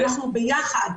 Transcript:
אנחנו ביחד.